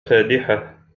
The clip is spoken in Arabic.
فادحة